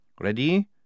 Ready